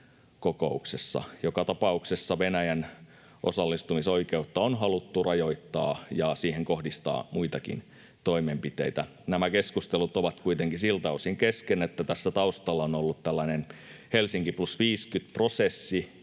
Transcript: Joka tapauksessa Venäjän osallistumisoikeutta on haluttu rajoittaa ja siihen kohdistaa muitakin toimenpiteitä. Nämä keskustelut ovat kuitenkin siltä osin kesken, että tässä taustalla on ollut tällainen Helsinki+50-prosessi,